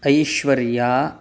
Aishwarya